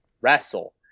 wrestle